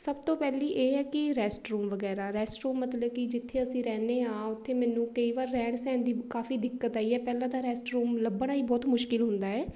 ਸਭ ਤੋਂ ਪਹਿਲੀ ਇਹ ਹੈ ਕਿ ਰੈਸਟ ਰੂਮ ਵਗੈਰਾ ਰੈਸਟ ਰੂਮ ਮਤਲਬ ਕਿ ਜਿੱਥੇ ਅਸੀਂ ਰਹਿੰਦੇ ਹਾਂ ਉੱਥੇ ਮੈਨੂੰ ਕਈ ਵਾਰ ਰਹਿਣ ਸਹਿਣ ਦੀ ਕਾਫੀ ਦਿੱਕਤ ਆਈ ਹੈ ਪਹਿਲਾਂ ਤਾਂ ਰੈਸਟ ਰੂਮ ਲੱਭਣਾ ਹੀ ਬਹੁਤ ਮੁਸ਼ਕਿਲ ਹੁੰਦਾ ਹੈ